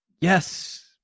Yes